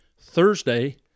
Thursday